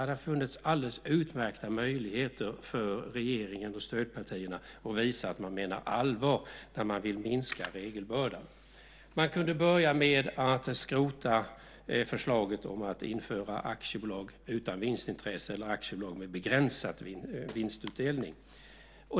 Det har funnits alldeles utmärka möjligheter för regeringen och stödpartierna att visa att man menar allvar när man vill minska regelbördan. Man kunde börja med att skrota förslaget om att införa aktiebolag utan vinstintresse eller aktiebolag med begränsad vinstutdelning.